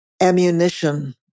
ammunition